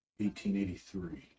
1883